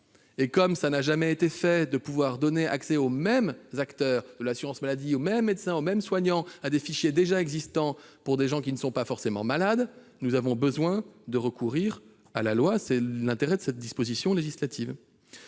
Comme il n'a jamais été envisagé de donner accès aux mêmes acteurs de l'assurance maladie, aux mêmes médecins, aux mêmes soignants à des fichiers de personnes qui ne sont pas forcément malades, nous avons besoin de recourir à la loi. C'est tout l'intérêt de cette disposition législative.